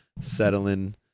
settling